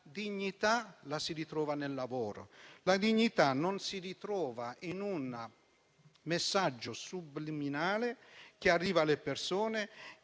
la si ritrova nel lavoro. La dignità non si ritrova in un messaggio subliminale che arriva alle persone,